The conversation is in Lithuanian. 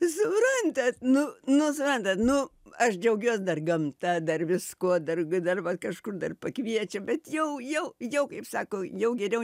suprantat nu nu suprantat nu aš džiaugiuos dar gamta dar viskuo dar dar va kažkur dar pakviečia bet jau jau jau kaip sako jau geriau